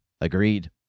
Agreed